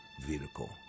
vehicle